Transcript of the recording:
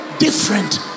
Different